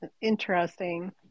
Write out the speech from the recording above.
interesting